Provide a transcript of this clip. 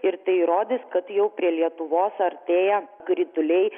ir tai įrodys kad jau prie lietuvos artėja krituliai